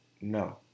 no